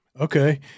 okay